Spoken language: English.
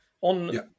on